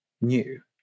new